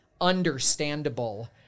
understandable